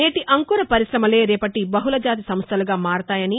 నేటీ అంకుర పరిశమలే రేపటి బహుళ జాతి సంస్లలుగా మారతాయని